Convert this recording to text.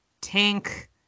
Tank